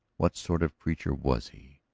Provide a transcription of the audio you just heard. what sort of creature was he